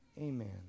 Amen